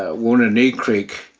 ah wounded knee creek.